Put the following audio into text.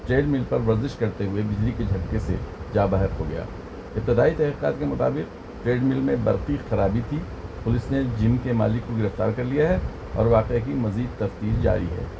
treadmill پر ورزش کرتے ہوئے بجلی کے جھٹکے سے جاں بحق ہو گیا ابتدائی تحقیقات کے مطابق ٹریڈمل میں برقی خرابی تھی پولیس نے جم کے مالک کو گرفتار کر لیا ہے اور واقع کی مزید تفتیش جاری ہے